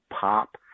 pop